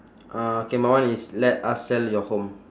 uh K my one is let us sell your home